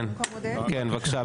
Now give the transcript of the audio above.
כן, בבקשה.